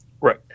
Right